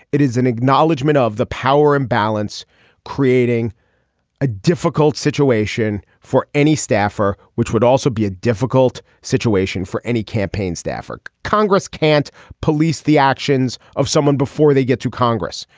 it is an acknowledgment of the power imbalance creating a difficult situation for any staffer which would also be a difficult situation for any campaign staffer. congress can't police the actions of someone before they get to congress.